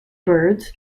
birds